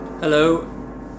Hello